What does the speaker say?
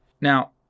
Now